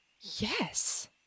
Yes